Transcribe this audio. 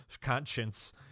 conscience